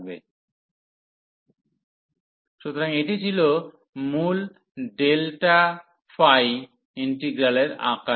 u1u1αΔαfxαΔαdxf3αΔαu1αΔα u1 3u1u1αΔα সুতরাং এটি ছিল মূল ΔΦ ইন্টিগ্রালের আকারে